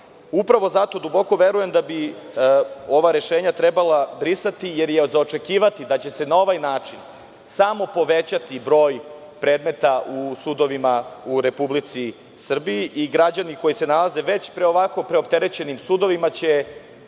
prava. Upravo zato duboko verujem da bi ova rešenja trebalo brisati, jer je za očekivati da će se na ovaj način samo povećati broj predmeta u sudovima u Republici Srbiji i građani koji se nalaze već pred ovako preopterećenim sudovima će